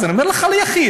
אז אני אומר לך, ליחיד.